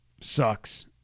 sucks